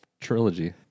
Trilogy